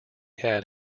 had